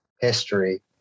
history